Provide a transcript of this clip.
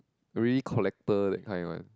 really collector that kind one